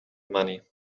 money